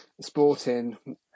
sporting